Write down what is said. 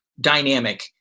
Dynamic